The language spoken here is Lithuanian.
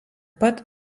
pat